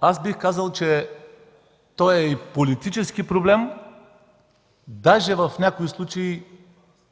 Аз бих казал, че е и политически проблем, даже в някои случаи